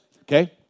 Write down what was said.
Okay